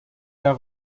herr